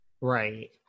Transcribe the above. Right